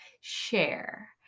share